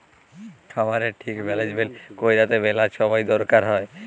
খামারের ঠিক ম্যালেজমেল্ট ক্যইরতে ম্যালা ছময় দরকার হ্যয়